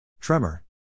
Tremor